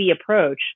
approach